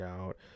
out